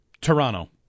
Toronto